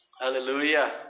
Hallelujah